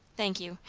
thank you.